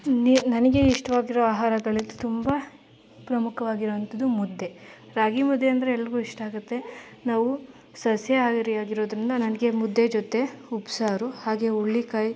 ನೀರು ನನಗೆ ಇಷ್ಟವಾಗಿರೋ ಆಹಾರಗಳಲ್ಲಿ ತುಂಬ ಪ್ರಮುಖವಾಗಿರುವಂಥದ್ದು ಮುದ್ದೆ ರಾಗಿ ಮುದ್ದೆ ಅಂದರೆ ಎಲ್ರಿಗೂ ಇಷ್ಟ ಆಗುತ್ತೆ ನಾವು ಸಸ್ಯಹಾರಿ ಆಗಿರೋದರಿಂದ ನನಗೆ ಮುದ್ದೆ ಜೊತೆ ಉಪ್ಸಾರು ಹಾಗೆ ಹುರ್ಳಿಕಾಯಿ